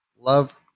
love